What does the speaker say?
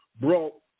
brought